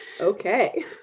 Okay